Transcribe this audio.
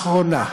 האחרונה.